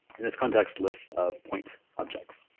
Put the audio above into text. in this context lists of point objects.